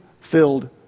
filled